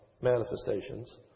manifestations